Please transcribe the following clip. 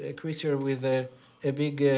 ah creature with ah a big